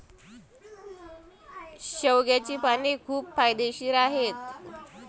शेवग्याची पाने खूप फायदेशीर आहेत